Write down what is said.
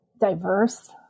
diverse